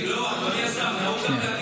לא, זאת המשמעות.